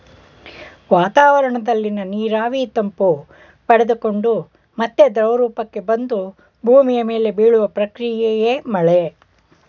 ವಾತಾವರಣದಲ್ಲಿನ ನೀರಾವಿ ತಂಪು ಪಡೆದುಕೊಂಡು ಮತ್ತೆ ದ್ರವರೂಪಕ್ಕೆ ಬಂದು ಭೂಮಿ ಮೇಲೆ ಬೀಳುವ ಪ್ರಕ್ರಿಯೆಯೇ ಮಳೆ